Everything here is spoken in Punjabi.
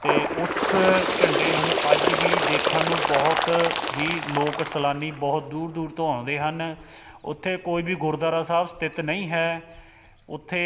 ਅਤੇ ਉਸ ਝੰਡੇ ਨੂੰ ਅੱਜ ਵੀ ਦੇਖਣ ਨੂੰ ਬਹੁਤ ਹੀ ਲੋਕ ਸੈਲਾਨੀ ਬਹੁਤ ਦੂਰ ਦੂਰ ਤੋਂ ਆਉਂਦੇ ਹਨ ਉੱਥੇ ਕੋਈ ਵੀ ਗੁਰਦੁਆਰਾ ਸਾਹਿਬ ਸਥਿਤ ਨਹੀਂ ਹੈ ਉੱਥੇ